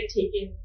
taken